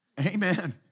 Amen